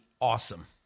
awesome